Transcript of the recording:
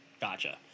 gotcha